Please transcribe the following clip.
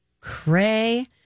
Cray